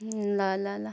ल ल ल